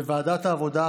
בוועדת העבודה,